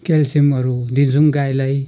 क्याल्सियमहरू दिन्छौँ गाईलाई